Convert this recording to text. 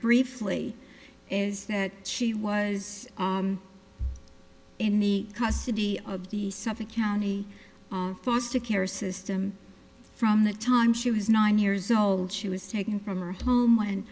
briefly is that she was in the custody of the suffolk county foster care system from the time she was nine years old she was taken from her home and